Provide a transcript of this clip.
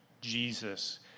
Jesus